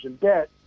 debt